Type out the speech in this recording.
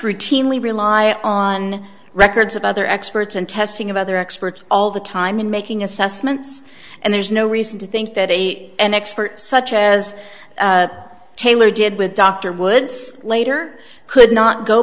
routinely rely on records of other experts and testing of other experts all the time in making assessments and there's no reason to think that a an expert such as taylor did with dr woods later could not go